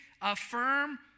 affirm